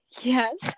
yes